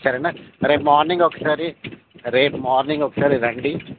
సరేనా రేపు మార్నింగ్ ఒకసారి రేపు మార్నింగ్ ఒకసారి రండి